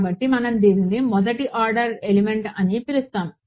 కాబట్టి మనం దీనిని మొదటి ఆర్డర్ ఎలిమెంట్అని పిలుస్తాము